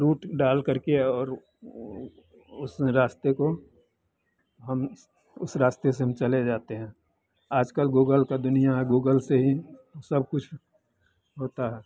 root डालकर के और वह ऊ उस रास्ते को हम उस रास्ते से हम चले जाते हैं आज कल गूगल का दुनिया है गूगल से ही सब कुछ होता है